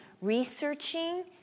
researching